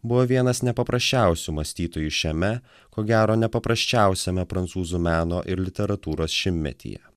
buvo vienas nepaprasčiausių mąstytojų šiame ko gero ne paprasčiausiame prancūzų meno ir literatūros šimtmetyje